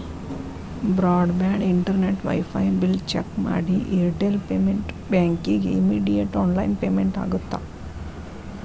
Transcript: broad band internet wifi bill check ಮಾಡಿ Airtel payment ಬ್ಯಾಂಕಿಗಿ immediate online payment ಆಗತ್ತಾ